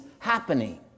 happening